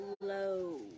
low